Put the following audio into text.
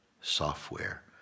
software